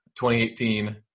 2018